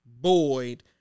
Boyd